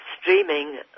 streaming